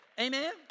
Amen